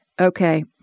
Okay